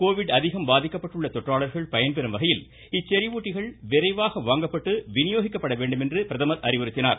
Covid அதிகம் பாதிக்கப்பட்டுள்ள தொற்றாளர்கள் பயன்பெறும் வகையில் இச்செரிவூட்டிகள் விரைவாக வாங்கப்பட்டு விநியோகிக்கப்பட வேண்டும் என்று அறிவுறுத்தினார்